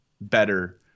better